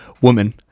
woman